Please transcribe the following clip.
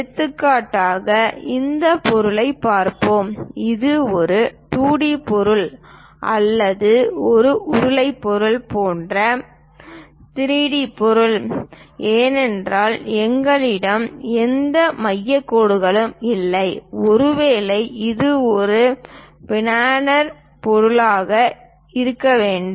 எடுத்துக்காட்டாக இந்த பொருளைப் பார்ப்போம் இது ஒரு 2 டி பொருள் அல்லது ஒரு உருளை பொருள் போன்ற 3 டி பொருள் ஏனென்றால் எங்களிடம் எந்த மையக் கோடுகளும் இல்லை ஒருவேளை இது ஒரு பிளானர் பொருளாக இருக்க வேண்டும்